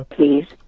Please